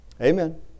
Amen